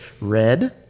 red